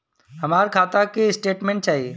हमरे खाता के स्टेटमेंट चाही?